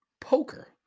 poker